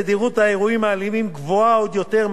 תדירות האירועים האלימים גבוהה עוד יותר,